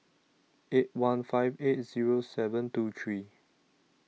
eight one five eight Zero seven two three